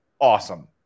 awesome